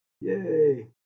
yay